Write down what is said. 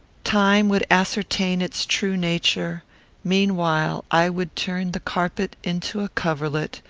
time would ascertain its true nature meanwhile, i would turn the carpet into a coverlet,